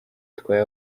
itwaye